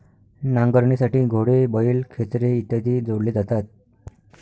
नांगरणीसाठी घोडे, बैल, खेचरे इत्यादी जोडले जातात